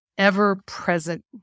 ever-present